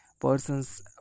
person's